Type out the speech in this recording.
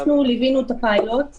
אנחנו ליווינו את הפיילוט.